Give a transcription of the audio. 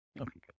okay